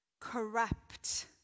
corrupt